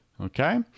okay